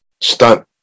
stunt